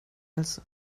als